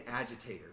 agitator